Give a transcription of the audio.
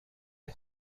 کلی